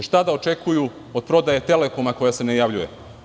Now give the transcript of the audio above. Šta da očekuju od prodaje „Telekoma“ koja se najavljuje?